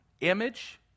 image